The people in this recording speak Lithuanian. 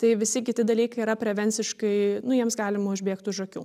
tai visi kiti dalykai yra prevenciškai nu jiems galima užbėgt už akių